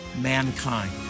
mankind